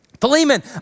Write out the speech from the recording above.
Philemon